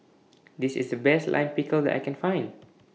This IS The Best Lime Pickle that I Can Find